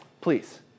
Please